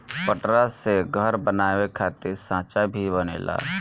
पटरा से घर बनावे खातिर सांचा भी बनेला